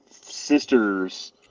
sisters